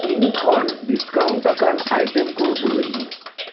ᱤᱧ ᱠᱷᱚᱱ ᱰᱤᱥᱠᱟᱣᱩᱱᱴ ᱟᱠᱟᱱ ᱟᱭᱴᱮᱢ ᱠᱚ ᱩᱫᱩᱜ ᱟᱹᱧ ᱢᱮ